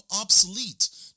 obsolete